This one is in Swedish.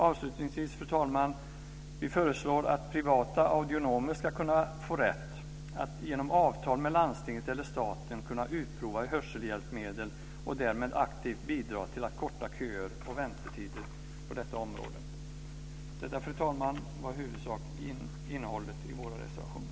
Avslutningsvis: Vi föreslår att privata audionomer ska kunna få rätt att genom avtal med landstiget eller staten kunna utprova hörselhjälpmedel och därmed aktivt bidra till att förkorta köer och väntetider på detta område. Detta, fru talman, var det huvudsakliga innehållet i våra reservationer.